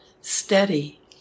steady